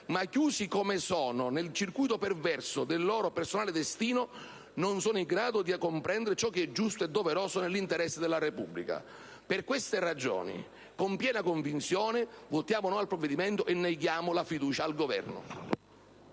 ma, chiusi come sono nel circuito perverso del loro personale destino, non sono in grado di comprendere ciò che è giusto e doveroso nell'interesse della Repubblica. Per queste ragioni, con piena convinzione, votiamo no al provvedimento e neghiamo la fiducia al Governo.